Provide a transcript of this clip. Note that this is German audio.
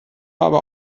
habe